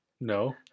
No